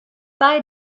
bei